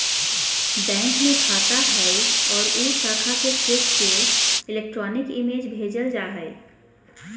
bank में खाता हइ और उ शाखा के चेक के इलेक्ट्रॉनिक इमेज भेजल जा हइ